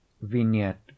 Vignette